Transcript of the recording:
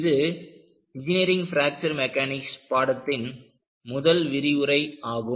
இது engineering fracture mechanics பாடத்தின் முதல் விரிவுரை ஆகும்